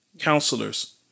counselors